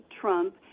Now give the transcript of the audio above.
Trump